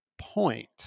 point